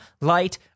light